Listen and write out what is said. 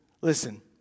listen